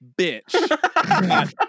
bitch